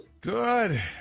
Good